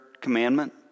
commandment